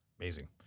Amazing